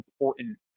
important